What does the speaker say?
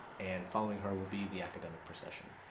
and following her will be the academic procession.